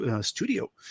Studio